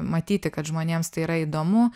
matyti kad žmonėms tai yra įdomu